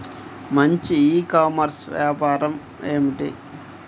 మంచి e-commerce వ్యాపారం ఏమిటీ?